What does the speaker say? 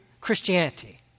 Christianity